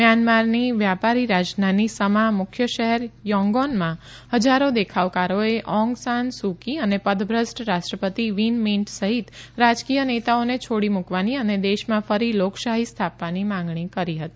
મ્યાનમારની વ્યાપારી રાજધાની સમા મુખ્ય શહેર યોન્ગોનમાં હજારો દેખાવકારોએ ઓંગ સાન સુ કી અને પદભ્રષ્ટ રાષ્ટ્રપતિ વીન મીન્ટ સહિત રાજકીય નેતાઓને છોડી મુકવાની અને દેશમાં ફરી લોકશાહી સ્થાપવાની માંગણી કરી હતી